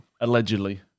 allegedly